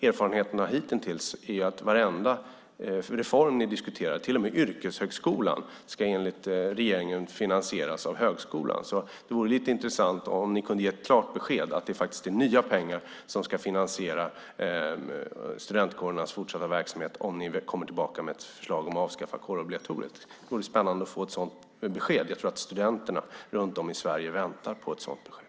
Erfarenheterna hittills är att varenda reform ni diskuterar - till och med yrkeshögskolan - ska finansieras av högskolan. Det vore intressant om ni kunde ge ett klart besked om att det är nya pengar som ska finansiera studentkårernas fortsatta verksamhet, om ni kommer tillbaka med ett förslag om att avskaffa kårobligatoriet. Det vore spännande att få ett besked. Jag tror att studenterna runt om i Sverige väntar på ett sådant besked.